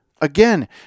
Again